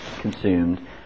consumed